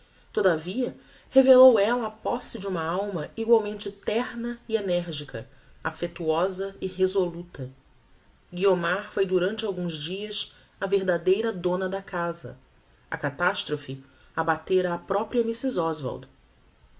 annos todavia revellou ella a posse de uma alma egualmente terna e energica affectuosa e resoluta guiomar foi durante alguns dias a verdadeira dona da casa a catastrophe abatera a propria mrs oswald